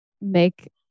make